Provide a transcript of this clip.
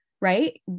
right